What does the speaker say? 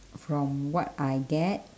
from what I get